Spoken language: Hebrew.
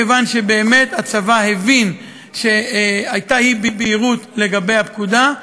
כיוון שבאמת הצבא הבין שהייתה אי-בהירות לגבי הפקודה,